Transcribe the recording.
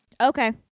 Okay